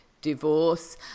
divorce